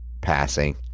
passing